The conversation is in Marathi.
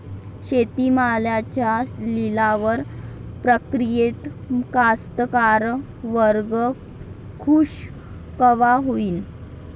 शेती मालाच्या लिलाव प्रक्रियेत कास्तकार वर्ग खूष कवा होईन?